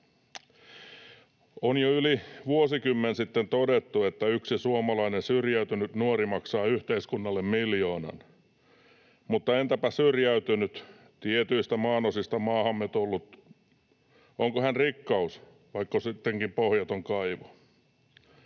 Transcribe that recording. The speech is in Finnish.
On jo yli vuosikymmen sitten todettu, että yksi suomalainen syrjäytynyt nuori maksaa yhteiskunnalle miljoonan, mutta entäpä syrjäytynyt, tietyistä maanosista maahamme tullut? Onko hän rikkaus vaiko sittenkin pohjaton kaivo?